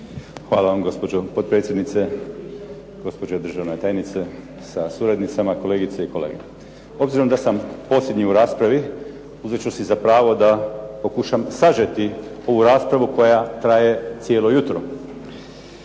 Hvala vam gospođo potpredsjednice, gospođo državna tajnice sa suradnicama, kolegice i kolege. Obzirom da sam posljednji u raspravi uzet ću si za pravo da pokušam sažeti ovu raspravu koja traje cijelo jutro.